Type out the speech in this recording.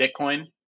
Bitcoin